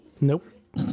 Nope